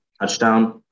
touchdown